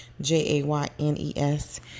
J-A-Y-N-E-S